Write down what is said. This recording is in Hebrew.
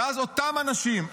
ואז אותם אנשים,